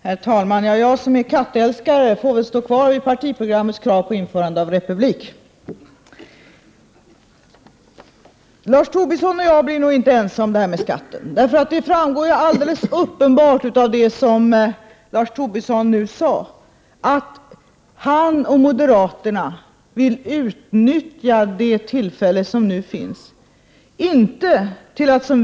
Herr talman! Jag som är kattälskare får väl stå kvar vid partiprogrammets krav på införande av republik. Lars Tobisson och jag blir nog inte ense om skatten. Det framgår helt uppenbart av det som Lars Tobisson nu sade att han och moderaterna inte vill utnyttja det tillfälle som nu finns på samma sätt som socialdemokraterna.